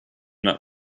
that